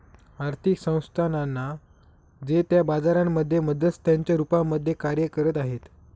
आर्थिक संस्थानांना जे त्या बाजारांमध्ये मध्यस्थांच्या रूपामध्ये कार्य करत आहे